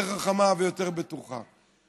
יותר חכמה ויותר בטוחה.